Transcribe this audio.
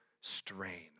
strain